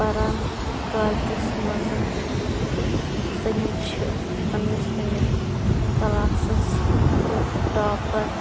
پَرانٮ۪ن کالجس منٛز تہِ سٲلِم چھِ پنٛنِس پنٛنِس کَلاسس تہِ ٹاپر